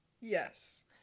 Yes